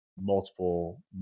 multiple